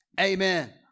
Amen